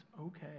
okay